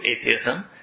atheism